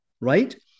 right